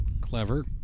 Clever